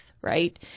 Right